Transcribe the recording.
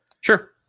Sure